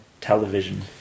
television